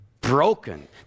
broken